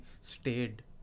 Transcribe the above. stayed